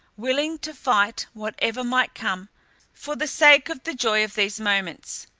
willing to fight whatever might come for the sake of the joy of these moments.